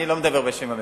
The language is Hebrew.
אני לא מדבר בשם הממשלה.